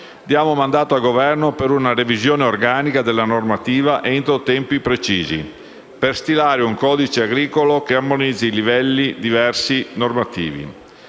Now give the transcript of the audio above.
diamo mandato al Governo per una revisione organica della normativa entro tempi precisi, per stilare un codice agricolo che armonizzi i diversi livelli normativi.